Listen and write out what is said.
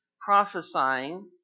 prophesying